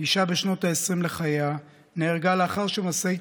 אישה בשנות העשרים לחייה נהרגה לאחר שמשאית